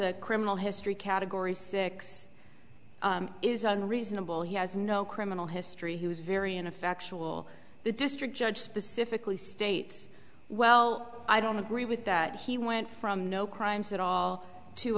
a criminal history category six is unreasonable he has no criminal history he was very ineffectual the district judge specifically states well i don't agree with that he went from no crimes at all to